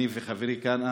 אני וחברי כאן,